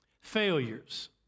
failures